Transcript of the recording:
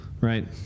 right